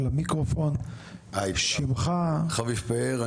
חביב פאר,